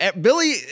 Billy